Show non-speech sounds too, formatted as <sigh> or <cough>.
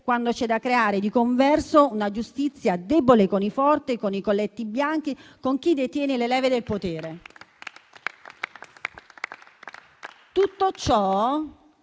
quando c'è da creare, di converso, una giustizia debole con i forti, con i colletti bianchi e con chi detiene le leve del potere. <applause>